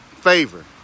favor